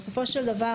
בסופו של דבר,